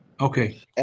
okay